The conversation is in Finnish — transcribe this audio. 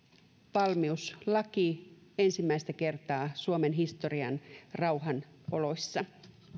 valmiuslaki ensimmäistä kertaa suomen historian rauhanoloissa